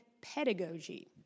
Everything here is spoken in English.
pedagogy